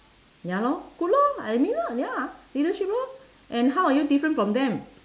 ya lor good lor like I mean lah ya leadership lor and how are you different from them